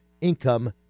income